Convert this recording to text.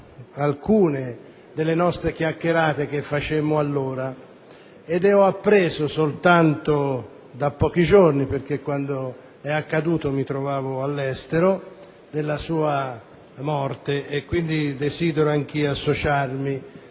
alcune delle chiacchierate che facemmo allora e ho appreso soltanto da pochi giorni - quand'è accaduto mi trovavo all'estero - della sua morte. Desidero, quindi, anch'io associarmi